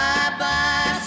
Bye-bye